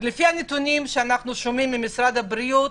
לפי הנתונים שאנחנו שומעים ממשרד הבריאות,